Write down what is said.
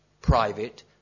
private